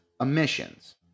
emissions